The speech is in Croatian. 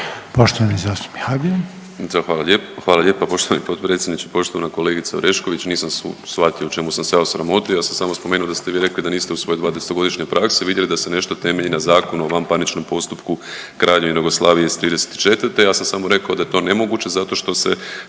Poštovani zastupnik Habijan.